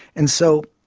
and so